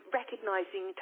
recognising